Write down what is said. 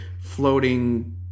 floating